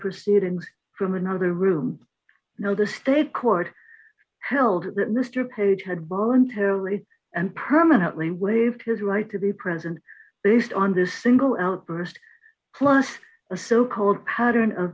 proceedings from another room no the state court held that mr page had voluntarily and permanently waived his right to be present based on the single outburst plus a so called pattern